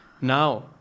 Now